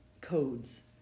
codes